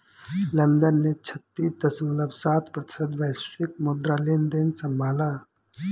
London ने छत्तीस दश्मलव सात प्रतिशत वैश्विक मुद्रा लेनदेन संभाला